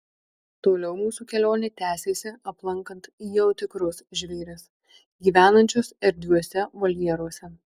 toliau mūsų kelionė tęsėsi aplankant jau tikrus žvėris gyvenančius erdviuose voljeruose